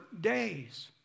days